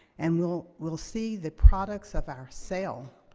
and we'll we'll see the products of our sale,